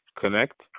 Connect